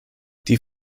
die